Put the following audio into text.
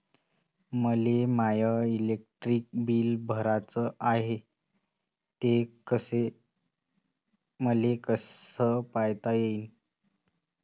मले माय electric bill भराचं हाय, ते मले कस पायता येईन?